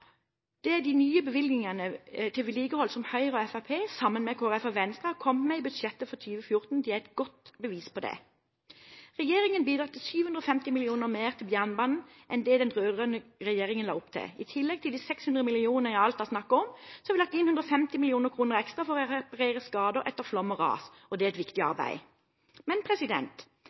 Det er de nye bevilgningene til vedlikehold som Høyre og Fremskrittspartiet, sammen med Kristelig Folkeparti og Venstre, har kommet med i budsjettet for 2014, et godt bevis på. Regjeringen bidrar til 750 mill. kr mer til jernbanen enn det den rød-grønne regjeringen la opp til. I tillegg til de 600 mill. kr jeg alt har snakket om, har vi lagt inn 150 mill. kr ekstra for å reparere skader etter flom og ras. Det er et viktig arbeid. Men